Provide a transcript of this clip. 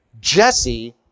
Jesse